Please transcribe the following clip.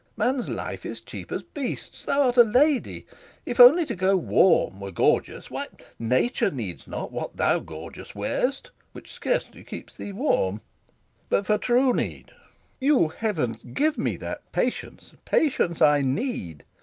man's life is cheap as beast's thou art a lady if only to go warm were gorgeous, why, nature needs not what thou gorgeous wear'st which scarcely keeps thee warm but, for true need you heavens, give me that patience, patience i need!